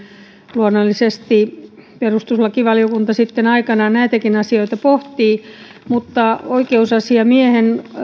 luonnollisesti perustuslakivaliokunta sitten aikanaan näitäkin asioita pohtii mutta oikeusasiamiehen